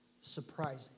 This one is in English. surprising